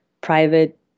private